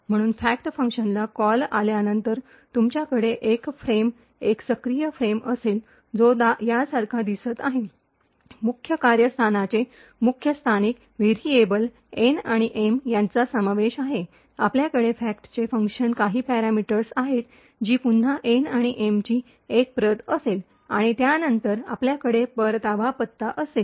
म्हणून फॅक्ट फंक्शनला कॉल आल्यानंतर तुमच्याकडे एक फ्रेम एक सक्रिय फ्रेम असेल जो यासारखा दिसत आहे मुख्य कार्यस्थानाचे मुख्य स्थानिक व्हेरीएबल एन आणि एम यांचा समावेश आहे आपल्याकडे फॅक्टचे फंक्शन काही पॅरामीटर्स आहेत जी पुन्हा एन आणि एम ची एक प्रत असेल आणि नंतर आपल्याकडे परतावा पत्ता असेल